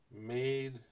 Made